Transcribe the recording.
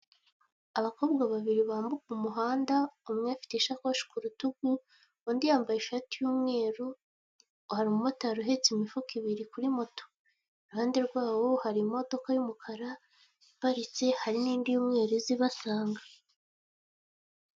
abakobwa babairi bambuka umuhanda umwe afite isakoshi kurutugu hari umumotari uhertse imifuka ibiri kuri moto hari n'indi y'umweru iza ibasanga.